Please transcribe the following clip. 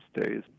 days